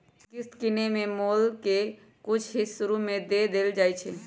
किस्त किनेए में मोल के कुछ हिस शुरू में दे देल जाइ छइ